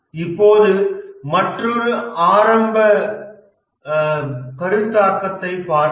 இப்போது மற்றொரு ஆரம்பக் கருத்தாக்கத்தைப் பார்ப்போம்